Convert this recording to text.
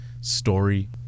story